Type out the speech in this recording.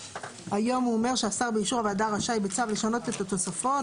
היום הוא אומר שהשר באישור הוועדה רשאי בצו לשנות את התוספות,